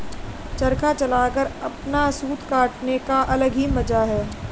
चरखा चलाकर अपना सूत काटने का अलग ही मजा है